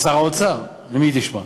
משר האוצר, ממי היא תשמע?